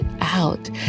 out